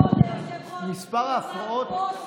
לעומת ראש הממשלה.